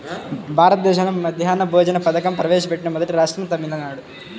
భారతదేశంలో మధ్యాహ్న భోజన పథకం ప్రవేశపెట్టిన మొదటి రాష్ట్రం తమిళనాడు